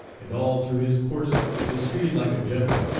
and all through his course is treated like a gentleman,